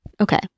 Okay